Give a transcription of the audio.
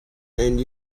and